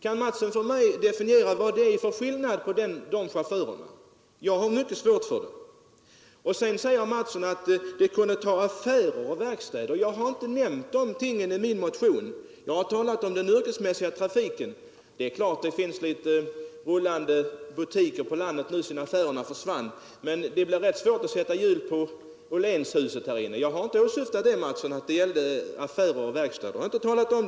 Kan herr Mattsson ange vad det är för skillnad på de chaufförerna? Sedan talade herr Mattsson om licensavgifterna för bilar som tillhör affärer och verkstäder. Jag har inte nämnt dem i min motion — jag har talat om den yrkesmässiga trafiken. Det är klart att det finns rullande butiker på landet nu sedan affärerna försvunnit, men det blir rätt svårt att sätta hjul på Åhléns varuhus här i Stockholm. Jag har inte åsyftat affärer och verkstäder, herr Mattsson.